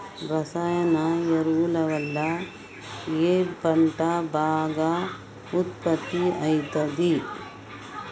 రసాయన ఎరువుల వల్ల ఏ పంట బాగా ఉత్పత్తి అయితది?